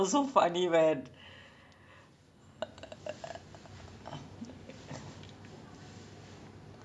ya eh aathavan one of my all time favourite movies lah like err நா வந்து எந்த:na vanthu entha hesitation uh இல்லாம சொல்லிட்ட:illaama sollita aathavan and ayan